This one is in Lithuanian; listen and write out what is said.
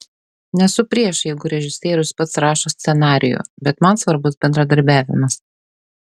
nesu prieš jeigu režisierius pats rašo scenarijų bet man svarbus bendradarbiavimas